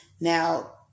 Now